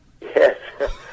Yes